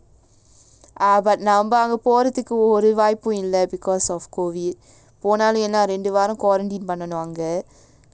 ah but நம்மஅங்கபோறதுக்குஒருவாய்ப்பும்இல்ல:namma anga porathuku oru vaaipum illa because of COVID போனாலும்ரெண்டுவாரம்:ponalum rendu varam quarantine பண்ணனும்அங்க:pannanum anga